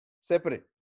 separate